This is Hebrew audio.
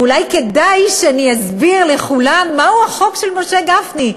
ואולי כדאי שאני אסביר לכולם מהו החוק של משה גפני,